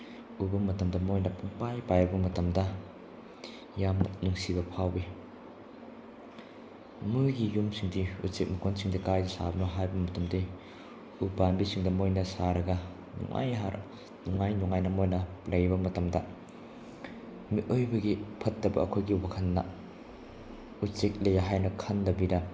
ꯎꯕ ꯃꯇꯝꯗ ꯃꯣꯏꯅ ꯄꯨꯡ ꯄꯥꯏ ꯄꯥꯏꯕ ꯃꯇꯝꯗ ꯌꯥꯝꯅ ꯅꯨꯡꯁꯤꯕ ꯐꯥꯎꯏ ꯃꯣꯏꯒꯤ ꯌꯨꯝꯁꯤꯡꯗꯤ ꯎꯆꯦꯛ ꯃꯀꯣꯟꯁꯤꯡꯗꯤ ꯀꯥꯏꯗ ꯁꯥꯕꯅꯣ ꯍꯥꯏꯕ ꯃꯇꯝꯗ ꯎꯄꯥꯝꯕꯤꯁꯤꯡꯗ ꯃꯣꯏꯅ ꯁꯥꯔꯒ ꯅꯨꯡꯉꯥꯏ ꯅꯨꯡꯉꯥꯏ ꯅꯨꯡꯉꯥꯏꯅ ꯃꯣꯏꯅ ꯂꯩꯕ ꯃꯇꯝꯗ ꯃꯤꯑꯣꯏꯕꯒꯤ ꯐꯠꯇꯕ ꯑꯩꯈꯣꯏꯒꯤ ꯋꯥꯈꯜꯗ ꯎꯆꯦꯛ ꯂꯩ ꯍꯥꯏꯅ ꯈꯟꯗꯕꯤꯗ